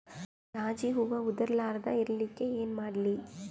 ಜಾಜಿ ಹೂವ ಉದರ್ ಲಾರದ ಇರಲಿಕ್ಕಿ ಏನ ಮಾಡ್ಲಿ?